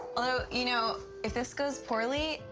although, you know, if this goes poorly,